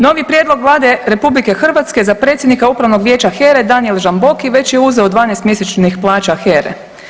Novi prijedlog Vlade RH za predsjednika Upravnog vijeća HERE Danijel Žamboki već je uzeo 12 mjesečnih plaća HERE.